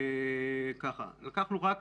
לקחנו רק